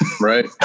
Right